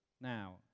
now